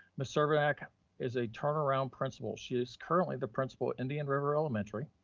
ms. crkvenac is a turnaround principal. she is currently the principal at indian river elementary.